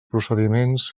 procediments